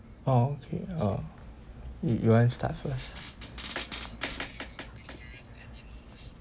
oh okay uh you want start first